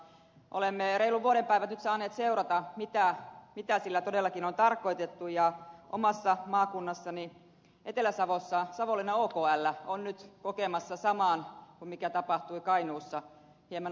olemme reilun vuoden päivät nyt saaneet seurata mitä sillä todellakin on tarkoitettu ja omassa maakunnassani etelä savossa savonlinnan okl on nyt kokemassa saman kuin mikä tapahtui kainuussa hieman aikaisemmin